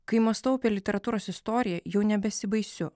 kai mąstau apie literatūros istoriją jau nebesibaisiu